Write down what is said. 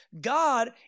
God